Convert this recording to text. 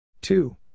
two